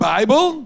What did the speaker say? Bible